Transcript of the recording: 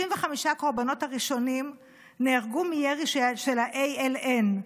95 הקורבנות הראשונים נהרגו מירי של ה-ALN,